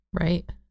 right